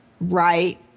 Right